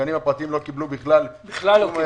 הגנים הפרטיים לא קיבלו בכלל דבר.